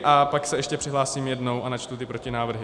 A pak se ještě přihlásím jednou a načtu ty protinávrhy.